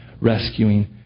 rescuing